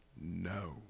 No